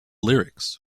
lyrics